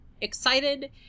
excited